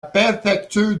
préfecture